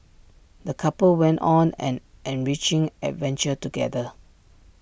the couple went on an enriching adventure together